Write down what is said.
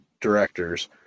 directors